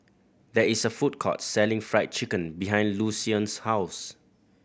there is a food court selling Fried Chicken behind Lucien's house